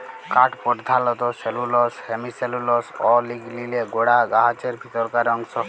কাঠ পরধালত cellulose, hemicellulose অ লিগলিলে গড়া গাহাচের ভিতরকার অংশ